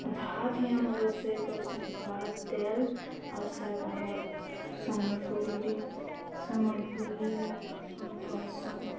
ଭାତ ହିଁ ଆମର ରୋଷେଇ କରସନ୍ ଭାତ ତେଲ ଆଉ ଶାଗ ଆମର୍ ସମ୍ବଲପୁରୀରେ ସମ୍ବଲପୁରୀରେ ଆମେ କହିସୁଁ